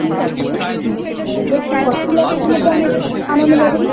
ঠিক আছে বলছি ফরটি লাকসের মধ্যে আনা আনানো যাবে না